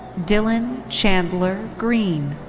dylan chandler green.